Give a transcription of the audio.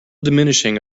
diminishing